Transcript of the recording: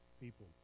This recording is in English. people